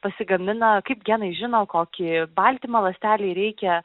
pasigamina kaip genai žino kokį baltymą ląstelei reikia